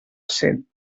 cent